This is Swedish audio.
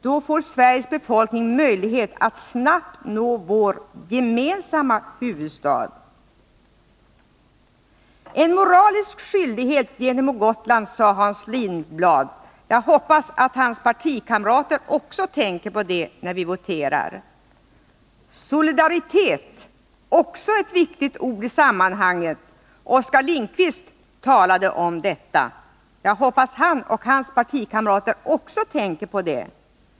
Då får Sveriges befolkning möjlighet att snabbt nå vår gemensamma huvudstad. Det föreligger en moralisk skyldighet gentemot Gotland, sade Hans Lindblad. Jag hoppas att hans partikamrater också tänker på det när vi skall votera. Solidaritet är också ett viktigt ord i sammanhanget. Oskar Lindkvist talade om detta. Jag hoppas att han och hans partikamrater också tänker på det.